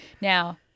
Now